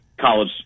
college